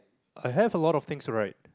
I have a lot of things to write